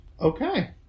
Okay